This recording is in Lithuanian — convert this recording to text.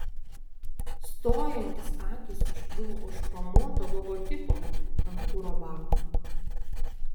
stojantis akys užkliuvo už chromuoto logotipo ant kuro bako